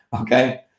okay